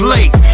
Lake